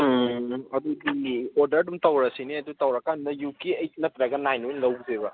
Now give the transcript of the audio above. ꯎꯝ ꯑꯗꯨꯗꯤ ꯑꯣꯗꯔ ꯑꯗꯨꯝ ꯇꯧꯔꯁꯤꯅꯦ ꯑꯗꯨ ꯇꯧꯔ ꯀꯥꯟꯗ ꯌꯨ ꯀꯦ ꯑꯩꯠ ꯅꯠꯇ꯭ꯔꯒ ꯅꯥꯏꯟꯗ ꯑꯣꯏꯅ ꯂꯧꯒꯦꯕ